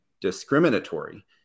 discriminatory